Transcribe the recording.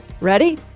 Ready